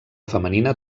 femenina